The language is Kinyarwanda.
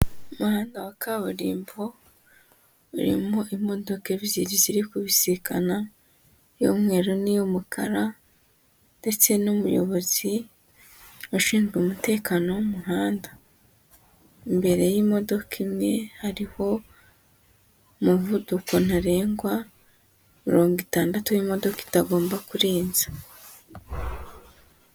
Umuhanda wa kaburimbo urimo imodoka ebyiri ziri kubisikana iy'umweru n'iy'umukara ndetse n'umuyobozi ushinzwe umutekano w'umuhanda, imbere y'imodoka imwe hariho umuvuduko ntarengwa mirongo itandatu niwo imodoka itagomba kurenza.